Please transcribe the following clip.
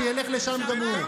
שילך לשם גם הוא.